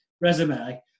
resume